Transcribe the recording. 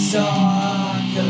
talk